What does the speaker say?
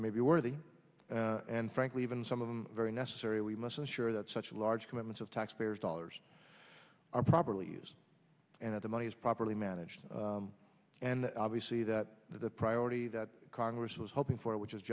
may be worthy and frankly even some of them very necessary we must ensure that such a large commitment of taxpayers dollars are properly used and the money is properly managed and obviously that the priority that congress was hoping for which is